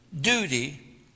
duty